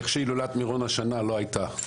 איך שהילולת מירון השנה לא הייתה.